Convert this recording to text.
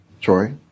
Troy